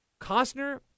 Costner